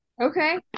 Okay